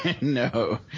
no